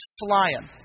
flying